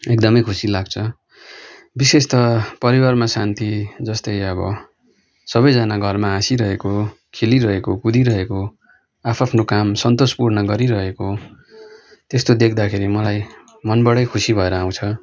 एकदमै खुसी लाग्छ विशेष त परिवारमा शान्ति जस्तै अब सबैजना घरमा हाँसिरहेको खेलिरहेको कुदिरहेको आफ्आफ्नो काम सन्तोषपूर्ण गरिरहेको त्यस्तो देख्दाखेरि मलाई मनबाटै खुसी भएर आउँछ